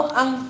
ang